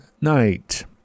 Night